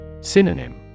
Synonym